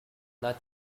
not